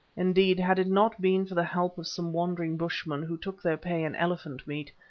indeed, had it not been for the help of some wandering bushmen, who took their pay in elephant meat,